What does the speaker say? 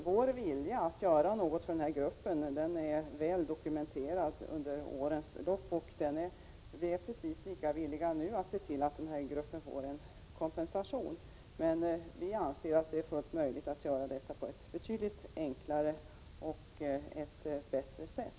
Vår vilja att göra något för denna grupp har blivit väl dokumenterad under årens lopp. Vi är precis lika villiga att nu se till att denna grupp får kompensation. Men vi anser att det är fullt möjligt att göra detta på ett betydligt enklare och bättre sätt.